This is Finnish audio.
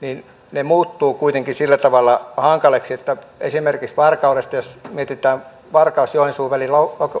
ne muuttuvat kuitenkin sillä tavalla hankaliksi että esimerkiksi jos mietitään varkaus joensuu välin